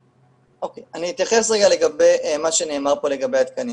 אוקיי, אני אתייחס למה שנאמר פה לגבי התקנים.